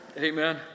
Amen